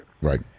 Right